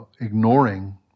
ignoring